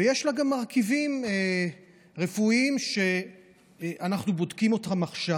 ויש לה גם מרכיבים רפואיים שאנחנו בודקים אותם עכשיו.